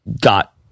got